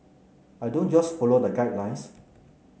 I don't just follow the guidelines